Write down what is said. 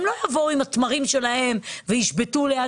הם לא יבואו עם התמרים שלהם וישבתו ליד